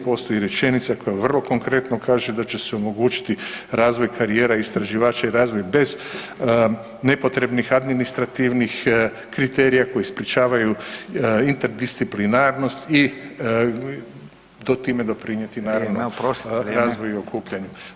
Postoji rečenica koja vrlo konkretno kaže da će omogućiti razvoj karijera i istraživača i razvoj bez nepotrebnih administrativnih kriterija koji sprječavaju interdisciplinarnost i to time doprinijeti naravno, [[Upadica: Vrijeme, oprostite, vrijeme.]] razvoju i okupljanju.